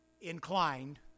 inclined